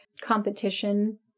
competition